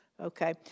Okay